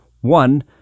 One